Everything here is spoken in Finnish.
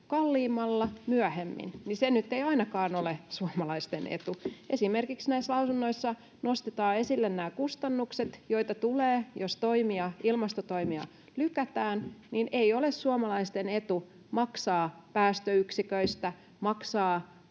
kalliimmalla myöhemmin, niin se nyt ei ainakaan ole suomalaisten etu. Esimerkiksi näissä lausunnoissa nostetaan esille nämä kustannukset, joita tulee, jos ilmastotoimia lykätään. Ei ole suomalaisten etu maksaa päästöyksiköistä, maksaa